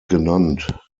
genannt